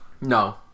No